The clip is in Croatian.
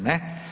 Ne.